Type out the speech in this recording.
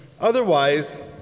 Otherwise